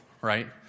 right